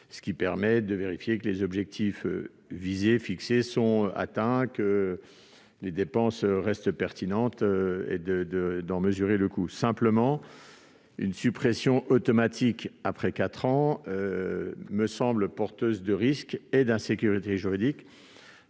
ce qui permet de vérifier que les objectifs fixés sont atteints et que ces dépenses restent pertinentes, tout en en mesurant le coût. Néanmoins, une suppression automatique après quatre ans me semble porteuse de risques et d'insécurité juridique,